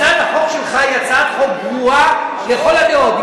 הצעת החוק שלך היא הצעת חוק גרועה לכל הדעות,